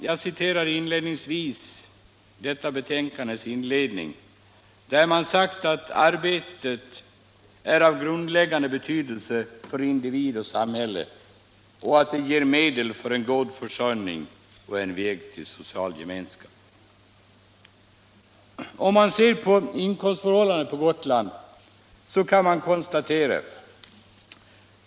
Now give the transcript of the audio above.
Jag citerade begynnelsevis detta betänkandes inledning, där man säger: ”Arbetet är av grundläggande betydelse för individ och samhälle. Det ger medel för en god försörjning och är en väg till social gemenskap.” 150 Hur ser då inkomstförhållandena ut på Gotland?